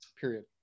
period